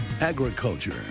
Agriculture